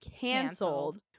Cancelled